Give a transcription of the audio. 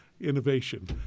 innovation